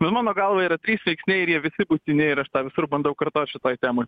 bet mano galva yra trys veiksniai ir jie visi būtini ir aš tą visur bandau kartot šitoj temoj